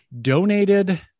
donated